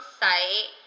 site